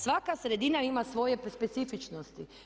Svaka sredina ima svoje specifičnosti.